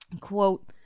Quote